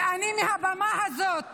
ואני מהבמה הזאת